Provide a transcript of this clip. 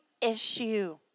issue